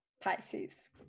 Pisces